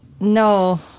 No